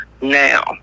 now